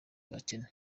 abakene